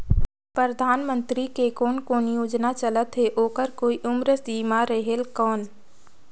परधानमंतरी के कोन कोन योजना चलत हे ओकर कोई उम्र समय सीमा रेहेल कौन?